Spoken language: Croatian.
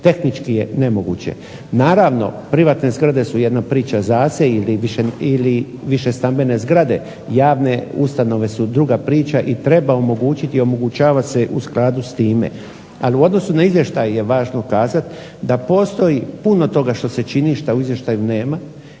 tehnički je nemoguće. Naravno privatne zgrade su jedna priča za se ili više stambene zgrade. Javne ustanove su druga priča i treba omogućiti i omogućava se u skladu s time. Ali u odnosu na izvještaj je važno kazati da postoji puno toga što se čini što u izvještaju nema